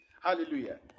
Hallelujah